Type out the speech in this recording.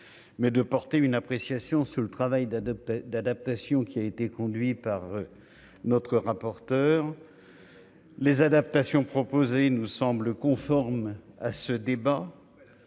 mais de porter une appréciation sur le travail d'adaptation conduit par notre rapporteur. Les adaptations proposées nous semblent conformes aux